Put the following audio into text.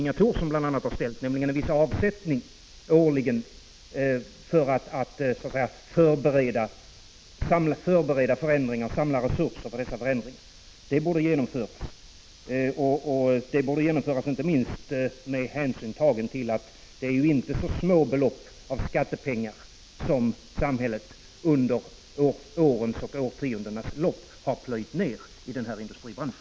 Inga Thorsson har framställt, t.ex. att det görs en viss avsättning årligen för att förbereda förändringar och samla resurser för dessa förändringar. Detta borde genomföras inte minst med hänsyn tagen till att det inte är så små belopp av skattepengar som samhället under årens lopp har plöjt ner i denna industribransch.